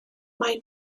mae